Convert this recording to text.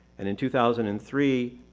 and in two thousand and three,